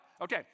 Okay